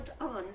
on